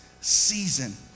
season